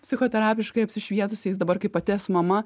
psichoterapiškai apsišvietusiais dabar kai pati esu mama